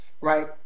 right